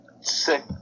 six